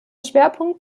schwerpunkt